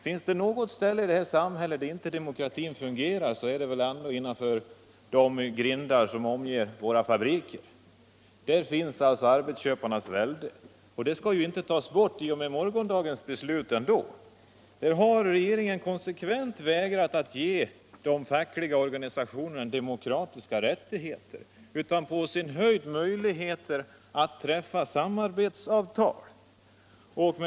Finns det något ställe i detta samhälle där demokratin inte fungerar, så är det innanför de grindar som omger våra fabriker. Där finns arbetsköparnas välde, och det tas inte bort i och med morgondagens beslut. Regeringen har konsekvent vägrat att ge de fackliga organisationerna demokratiska rättigheter. På sin höjd har de fått möjligheter att träffa samarbetsavtal.